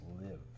live